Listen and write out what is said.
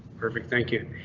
perfect thank you.